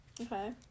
Okay